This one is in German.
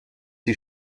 die